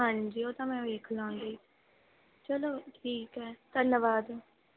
ਹਾਂਜੀ ਉਹ ਤਾਂ ਮੈਂ ਵੇਖ ਲਾਂਗੀ ਚਲੋ ਠੀਕ ਹੈ ਧੰਨਵਾਦ